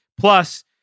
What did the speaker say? Plus